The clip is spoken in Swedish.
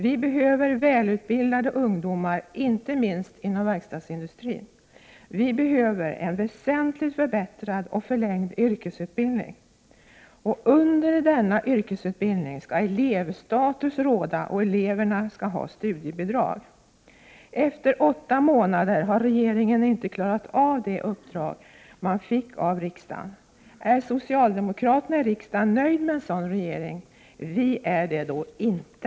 Vi behöver välutbildade ungdomar, inte minst inom verkstadsindustrin. Vi behöver en väsentligt förbättrad och förlängd yrkesutbildning. Under denna yrkesutbildning skall elevstatus råda och eleverna skall ha studiebidrag. Efter åtta månader har regeringen inte klarat av det uppdrag som man fick av riksdagen. Är socialdemokraterna i riksdagen nöjda med en sådan regering? Vi är det inte!